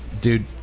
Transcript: dude